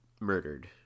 murdered